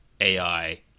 AI